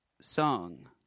song